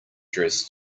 dress